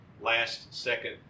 last-second